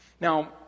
Now